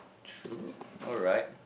true alright